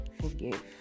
forgive